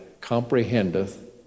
comprehendeth